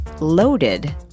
loaded